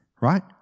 right